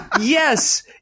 Yes